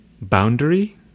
boundary